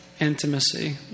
intimacy